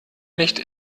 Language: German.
nicht